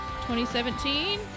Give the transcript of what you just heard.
2017